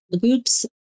groups